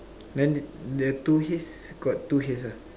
then the two heads got two heads ah